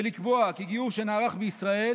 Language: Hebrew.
ולקבוע כי גיור שנערך בישראל